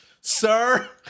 Sir